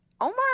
Omar